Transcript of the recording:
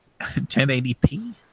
1080p